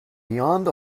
beyond